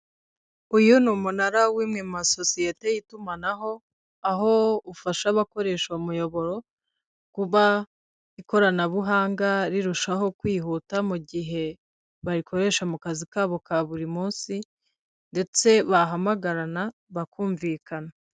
Uyu ni umunara w'imwe mu masosiyete y'itumanaho. Aho ufasha abakoresha uwo umuyoboro, kuba ikoranabuhanga rirushaho kwihuta mu gihe barikoresha mu kazi kabo ka buri munsi, ndetse bahamagarana bakumvikana.